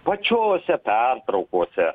pačiose pertraukose